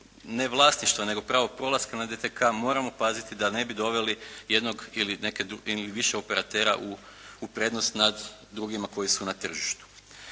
ne vlasništva, nego pravo prolaska na DTK moramo paziti da ne bi doveli jednog ili više operatera u prednost nad drugima koji su na tržištu.